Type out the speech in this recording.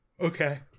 Okay